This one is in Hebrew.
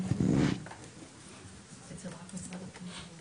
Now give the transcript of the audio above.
אנחנו בודקים אותם,